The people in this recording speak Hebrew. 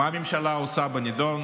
מה הממשלה עושה בנדון?